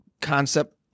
concept